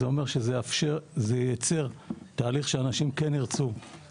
מה אומר שזה מייצר תהליך שאנשים כן ירצו לעלות לארץ.